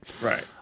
Right